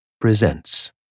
presents